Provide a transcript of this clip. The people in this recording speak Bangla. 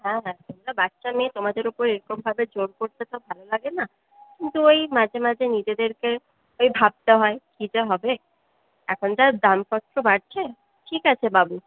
হ্যাঁ তোমরা বাচ্চা মেয়ে তোমাদের ওপর এরকমভাবে জোর করতে তো ভালো লাগে না কিন্তু ওই মাঝেমাঝে নিজেদেরকে ওই ভাবতে হয় কী যে হবে এখন যা দামপত্র বাড়ছে ঠিক আছে বাবু